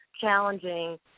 challenging